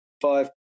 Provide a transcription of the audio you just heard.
five